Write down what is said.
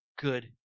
good